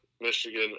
Michigan